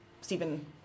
Stephen